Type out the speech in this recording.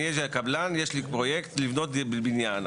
אני קבלן, יש לי פרויקט לבנות בניין.